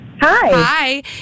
Hi